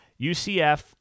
UCF